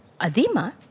Adima